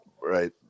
Right